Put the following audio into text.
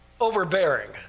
overbearing